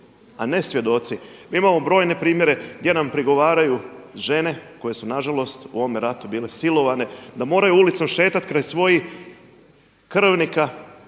a ne svjedoci. Mi imamo brojne primjere gdje nam prigovaraju žene koje su na žalost u ovome ratu bile silovane, da moraju ulicom šetat kraj svojih krvnika,